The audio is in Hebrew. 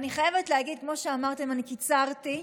אני חייבת להגיד, כמו שאמרתם, אני קיצרתי,